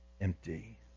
empty